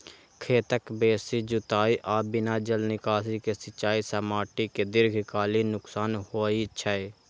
खेतक बेसी जुताइ आ बिना जल निकासी के सिंचाइ सं माटि कें दीर्घकालीन नुकसान होइ छै